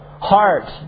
heart